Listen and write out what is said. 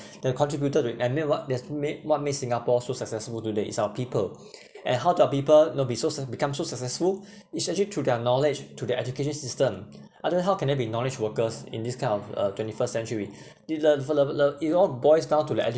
they've contributed with and make what that's make what makes singapore so successful today is our people and how the people you know be so become so successful it's actually through their knowledge through their education system otherwise how can there be knowledge workers in this kind of uh twenty first century we it all boils down to the